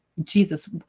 Jesus